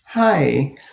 Hi